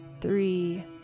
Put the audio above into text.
three